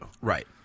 Right